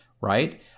right